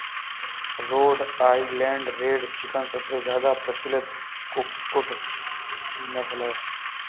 road Island Red chicken सबसे ज्यादा प्रचलित कुक्कुट की नस्ल है